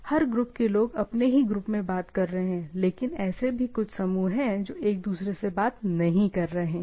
हर group के लोग अपने ही ग्रुप में बात कर रहे हैं लेकिन ऐसे भी कुछ समूह है जो एक दूसरे के साथ बात नहीं कर रहे है